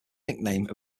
nickname